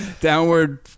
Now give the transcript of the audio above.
downward